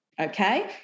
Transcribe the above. Okay